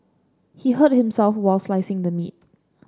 he hurt himself while slicing the meat